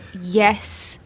Yes